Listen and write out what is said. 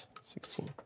Sixteen